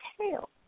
tail